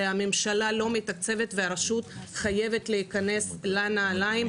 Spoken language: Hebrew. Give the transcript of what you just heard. שהממשלה לא מתקצבת והרשות חייבת להיכנס לנעליים.